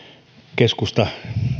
keskustan